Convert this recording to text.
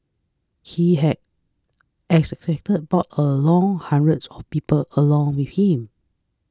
he had as expected brought along hundreds of people along with him